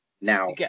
Now